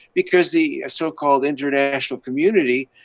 because the so-called international community,